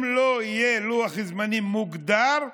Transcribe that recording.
אם לא יהיה לוח זמנים מוגדר,